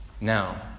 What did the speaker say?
Now